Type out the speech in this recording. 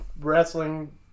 wrestling